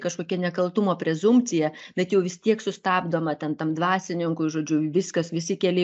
kažkokia nekaltumo prezumpcija bet jau vis tiek sustabdoma ten tam dvasininkui žodžiu viskas visi keliai